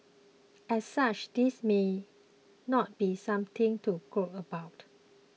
as such this may not be something to gloat about